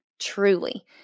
truly